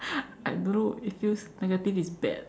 I don't know it feels negative is bad